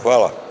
Hvala.